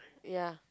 ya